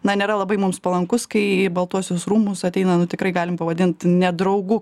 na nėra labai mums palankus kai į baltuosius rūmus ateina nu tikrai galim pavadint nedraugu